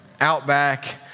Outback